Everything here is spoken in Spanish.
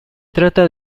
trata